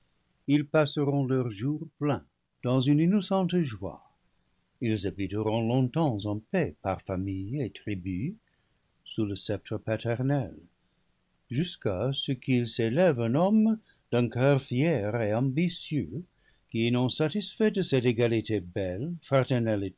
ils passe ront leurs jours pleins dans une innocente joie ils habiteront longtemps en paix par familles et tribus sous le sceptre pa ternel jusqu'à ce qu'il s'élève un homme d'un coeur fier et ambitieux qui non satisfait de cette égalité belle